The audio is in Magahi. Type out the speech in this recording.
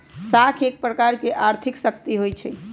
साख एक प्रकार के आर्थिक शक्ति होइ छइ